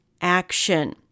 action